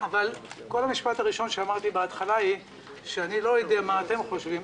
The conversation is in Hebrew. כל המשפט הראשון שאמרתי בהתחלה הוא שאני לא יודע מה אתם חושבים.